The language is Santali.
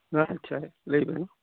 ᱟᱪᱪᱷᱟ ᱞᱟᱹᱭᱢᱮ